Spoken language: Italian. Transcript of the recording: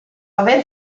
aver